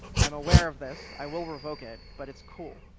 i'm aware of this. i will revoke it, but it's cool.